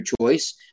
choice